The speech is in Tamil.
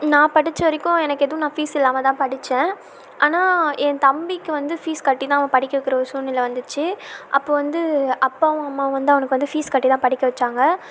நான் படித்த வரைக்கும் எனக்கு எதுவும் நான் ஃபீஸ் இல்லாமல் தான் படித்தேன் ஆனால் என் தம்பிக்கு வந்து ஃபீஸ் கட்டிதான் அவன் படிக்க வைக்கிற ஒரு சூல்நிலை வந்திச்சு அப்போ வந்து அப்பாவும் அம்மாவும் வந்து அவனுக்கு வந்து ஃபீஸ் கட்டிதான் படிக்க வைச்சாங்க